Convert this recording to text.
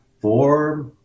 four